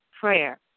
prayer